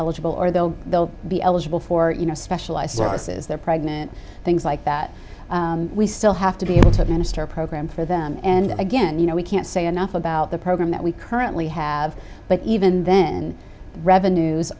eligible or they'll they'll be eligible for you know specialized services they're pregnant things like that we still have to be able to administer a program for them and again you know we can't say enough about the program that we currently have but even then revenues